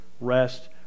rest